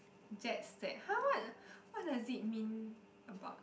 jet set !huh! what what does it mean about